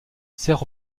sert